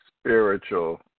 spiritual